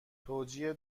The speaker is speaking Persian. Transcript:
توجیه